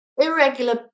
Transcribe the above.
irregular